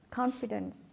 confidence